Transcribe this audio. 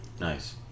Nice